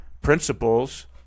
principles